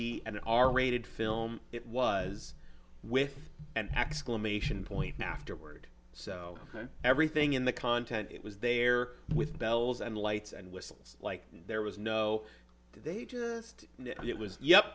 be an r rated film it was with an exclamation point now afterward so everything in the content it was there with bells and lights and whistles like there was no they just it was